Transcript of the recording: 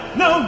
no